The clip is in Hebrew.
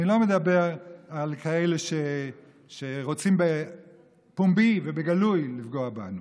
אני לא מדבר על כאלה שרוצים בפומבי ובגלוי לפגוע בנו.